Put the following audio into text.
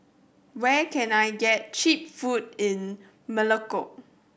where can I get cheap food in Melekeok